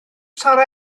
sarra